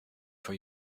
for